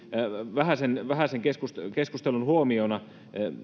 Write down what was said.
vähäisen vähäisen keskustelun keskustelun huomiona